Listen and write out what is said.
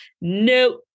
No